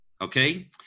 okay